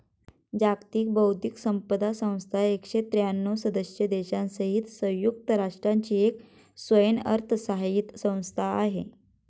जागतिक बौद्धिक संपदा संस्था एकशे त्र्यांणव सदस्य देशांसहित संयुक्त राष्ट्रांची एक स्वयंअर्थसहाय्यित संस्था आहे